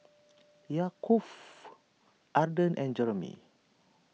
Yaakov Arden and Jeromy